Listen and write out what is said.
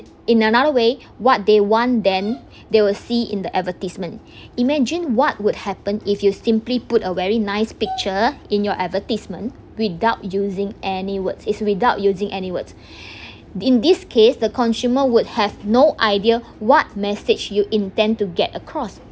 in another way what they want then they will see in the advertisement imagine what would happen if you simply put a very nice picture in your advertisement without using any words is without using any words in this case the consumer would have no idea what message you intend to get across